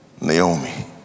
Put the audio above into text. Naomi